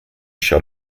shot